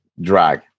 drag